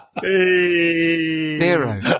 Zero